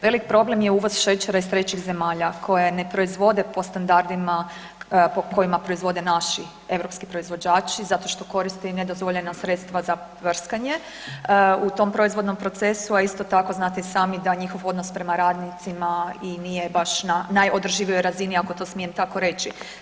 Velik problem je uvoz šećera iz trećih zemalja koje ne proizvode po standardima po kojima proizvode naši europski proizvođači zato što koristi nedozvoljena sredstva za ... u tom proizvodnom procesu a isto tako znate i sami da njihov odnos prema radnicima i nije baš na najodrživijoj razini ako to smijem tako reći.